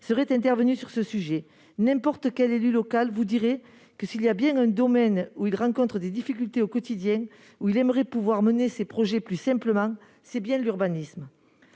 aurait abordé ce sujet. N'importe quel élu local vous dira que s'il y a un domaine où il rencontre des difficultés au quotidien, où il aimerait pouvoir mener ses projets plus simplement, c'est bien l'urbanisme.